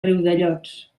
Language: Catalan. riudellots